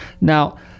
Now